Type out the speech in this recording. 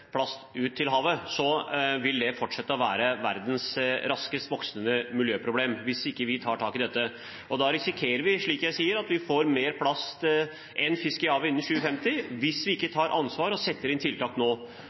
plast ut til havet, vil det fortsette å være verdens raskest voksende miljøproblem hvis ikke vi tar tak i det. Da risikerer vi, som jeg sier, at vi får mer plast enn fisk i havet innen 2050, hvis vi ikke tar ansvar og setter inn tiltak nå.